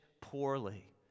poorly